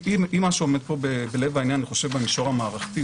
היא מה שעומד פה בלב העניין במישור המערכתי,